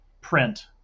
print